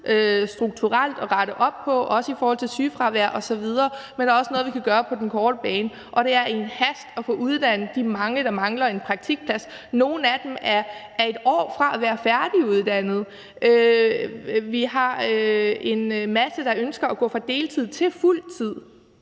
strukturelt at rette op på, også i forhold til sygefravær osv., men også noget, vi kan gøre på den korte bane, og det er i en hast at få uddannet de mange, der mangler en praktikplads. Nogle af dem er et år fra at være færdiguddannet. Vi har en masse, der ønsker at gå fra deltid til fuld tid,